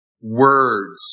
words